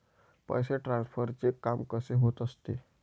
पैसे ट्रान्सफरचे काम कसे होत असते?